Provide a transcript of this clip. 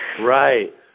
Right